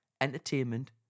entertainment